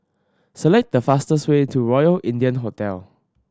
select the fastest way to Royal India Hotel